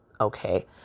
Okay